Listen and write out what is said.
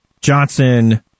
Johnson